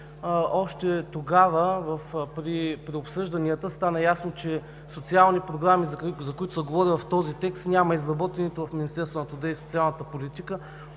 Още тогава при обсъжданията стана ясно, че няма социални програми, за които се говори в този текст, изработени от Министерството на труда и социалната политика,